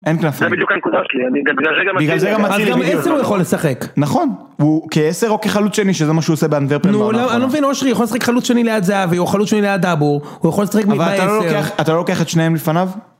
אין קלפים. זה בדיוק הנקודה שלי, אני בגלל רגע מציע. בגלל זה מציב, בדיוק. אז גם עשר הוא יכול לשחק. נכון. הוא כעשר או כחלוץ שני, שזה מה שהוא עושה באנטוורפן. נו, אני לא מבין, אושרי, יכול לשחק חלוץ שני ליד זהבי, או חלוץ שני ליד דאבור. הוא יכול לשחק עמדה עשר. אבל אתה לא לוקח את שניהם לפניו?